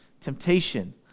temptation